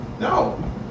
No